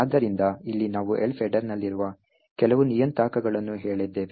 ಆದ್ದರಿಂದ ಇಲ್ಲಿ ನಾವು Elf ಹೆಡರ್ನಲ್ಲಿರುವ ಕೆಲವು ನಿಯತಾಂಕಗಳನ್ನು ಹೇಳಿದ್ದೇವೆ